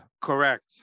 Correct